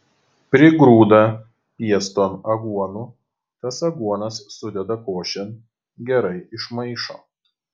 prigrūda pieston aguonų tas aguonas sudeda košėn gerai išmaišo